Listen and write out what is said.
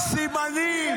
סימנים,